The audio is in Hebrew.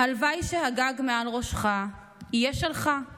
"הלוואי שהגג מעל ראשך / יהיה שלך /